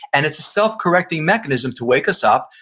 and it's a self correcting mechanism to wake us up,